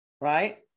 Right